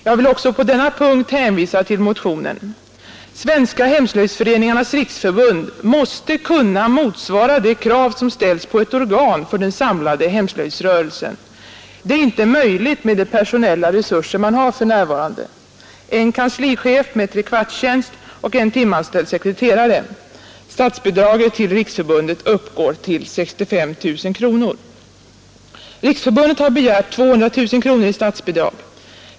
Jag vill också på denna punkt hänvisa till motionen. Svenska hemslöjdsföreningars riksförbund måste kunna motsvara de krav som ställs på ett organ för den samlade hemslöjdsrörelsen. Det är inte möjligt med de personella resurser man för närvarande har, en kanslichef med 3/4-tjänst och en timanställd sekreterare. Statsbidraget till Riksförbundet uppgår till 65 000 kronor. Riksförbundet har begärt 200 000 kronor i statsbidrag.